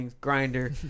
Grinder